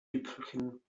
tüpfelchen